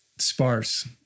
sparse